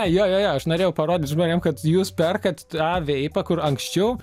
jo jo jo aš norėjau parodyt žmonėms kad jūs perkat tą veipą kur anksčiau